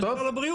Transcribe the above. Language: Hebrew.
זה משרד הבריאות.